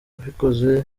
abikoze